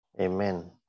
Amen